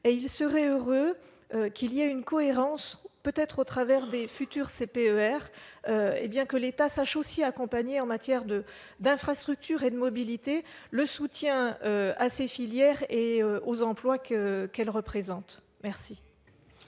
il serait heureux d'introduire une cohérence, peut-être au travers des futurs CPER, et que l'État sache aussi accompagner, en matière d'infrastructures et de mobilité, le soutien à ces filières et aux emplois qu'elles représentent. La